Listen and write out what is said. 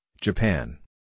Japan